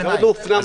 זה עוד לא הופנם.